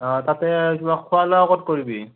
অঁ তাতে আৰু কিবা খোৱা লোৱা ক'ত কৰিবি